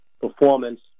performance